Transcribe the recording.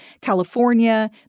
California